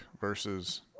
versus